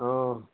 অঁ